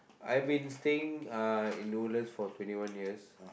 I've been staying uh in Woodlands for twenty one years